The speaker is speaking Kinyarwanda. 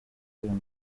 ibintu